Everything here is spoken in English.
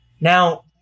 Now